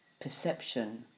perception